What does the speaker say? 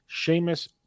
Seamus